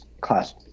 class